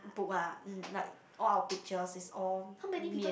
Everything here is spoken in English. book ah like all our pictures is all me and